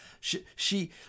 she-she